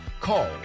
call